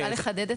אני אחדד,